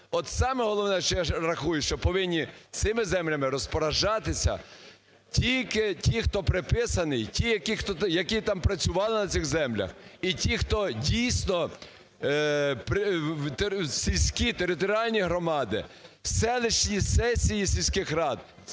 саме головне, що я рахую, що повинні цими землями розпоряджатися тільки ті, хто приписаний, ті, які там працювали на цих землях і ті, хто, дійсно, сільські, територіальні громади, селищні сесії сільських рад,